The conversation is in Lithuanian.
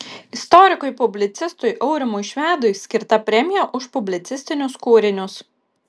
istorikui publicistui aurimui švedui skirta premija už publicistinius kūrinius